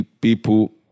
people